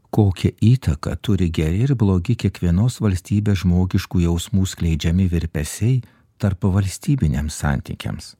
kokią įtaką turi geri ir blogi kiekvienos valstybės žmogiškų jausmų skleidžiami virpesiai tarpvalstybiniams santykiams